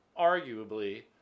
arguably